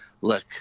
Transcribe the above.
look